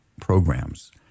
programs